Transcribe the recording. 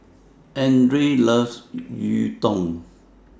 Andrae loves Gyudon